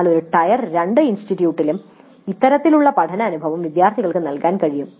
എന്നാൽ ഒരു ടയർ 2 ഇൻസ്റ്റിറ്റ്യൂട്ടിലും ഇത്തരത്തിലുള്ള പഠന അനുഭവം വിദ്യാർത്ഥികൾക്ക് നൽകാൻ കഴിയും